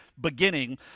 beginning